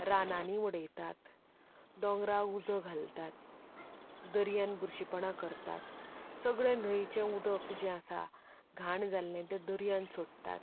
रानांनी उडयतात दोंगराक उजो घालतात दर्यांत बुरशेपणां करतात सगळें न्हंयचें उदक जें आसा घाण जाल्लें तें दर्यांत सोडटात